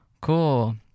cool